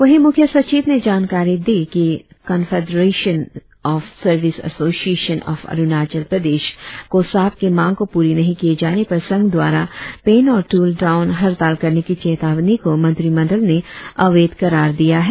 वही मुख्य सचिव ने जानकारी दी की confederation of service association of Arunachal Pradesh COSAP के मांग को पूरी नही किए जाने पर संघ द्वारा पेन और ट्रल डाउन हड़ताल करने की चेतावनी को मंत्रिमंडल ने अवैध करार दिया है